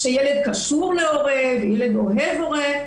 שילד קשור להורה וילד אוהב הורה.